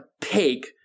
pig